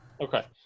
okay